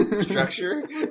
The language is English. structure